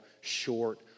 short